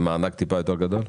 עם מענק קצת יותר גדול?